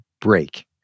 break